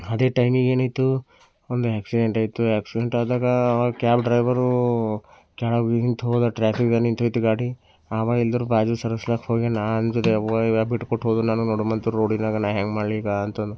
ಅದೇ ಟೈಮಿಗೇನೇ ಏನಾಯಿತು ಒಂದು ಆಕ್ಸಿಡೆಂಟ್ ಆಯಿತು ಆಕ್ಸಿಡೆಂಟ್ ಆದಾಗ ಕ್ಯಾಬ್ ಡ್ರೈವರು ಕೆಳಗೆ ನಿಂತು ಹೋದ ಟ್ರಾಫಿಕಲ್ಲಿ ನಿಂತು ಹೋಯಿತು ಗಾಡಿ ಅವಾಗ ಎಲ್ದ್ರು ಬಾಜು ಸರಿಸ್ಲಿಕ್ಕೆ ಹೋಗಿ ನಾನು ಅಂಜಿದೆ ಬಿಟ್ಟು ಕೊಟ್ಟರು ಹೋದರು ನಾನು ನೋಡುಮ ಅಂತ ರೋಡಿಗಾಗ ನಾನು ಹೆಂಗೆ ಮಾಡಲಿ ಈಗ ಅಂತ ಅಂದು